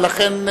ולכן,